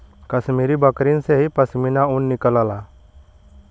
कश्मीरी बकरिन से ही पश्मीना ऊन निकलला